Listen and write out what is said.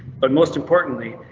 but most importantly,